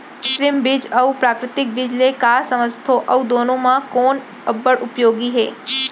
कृत्रिम बीज अऊ प्राकृतिक बीज ले का समझथो अऊ दुनो म कोन अब्बड़ उपयोगी हे?